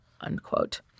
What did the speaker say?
unquote